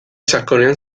sakonean